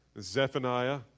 Zephaniah